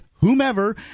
Whomever